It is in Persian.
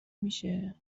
میشه